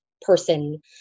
person